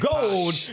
Gold